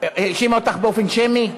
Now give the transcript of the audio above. האשימה אותך באופן שמי?